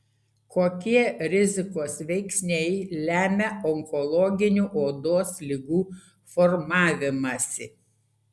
kokie rizikos veiksniai lemia onkologinių odos ligų formavimąsi